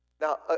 Now